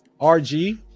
RG